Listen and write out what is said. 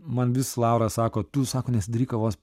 man vis laura sako tu sako nesidaryk kavos